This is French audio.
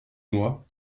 moi